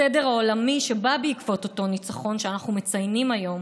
הסדר העולמי שבא בעקבות אותו ניצחון שאנחנו מציינים היום